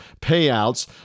payouts